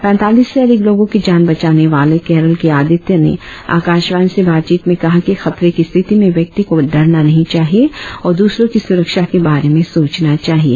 पैंतालीस से अधिक लोगों की जान बचाने वाले केरल के आदित्य ने आकाशवाणी से बातचीत में कहा कि खतरे की स्थिति में व्यक्ति को डरना नहीं चाहिए और दूसरों की सुरक्षा के बारे में सोचना चाहिए